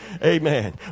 Amen